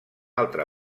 altra